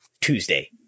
Tuesday